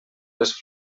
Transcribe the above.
les